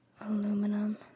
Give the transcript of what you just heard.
aluminum